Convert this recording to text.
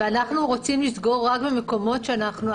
ואנחנו רוצים לסגור רק במקומות שאנחנו,